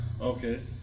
Okay